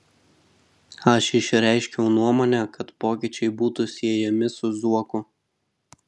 aš išreiškiau nuomonę kad pokyčiai būtų siejami su zuoku